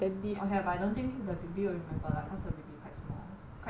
okay but I don't think the baby will remember lah cause the baby quite small quite young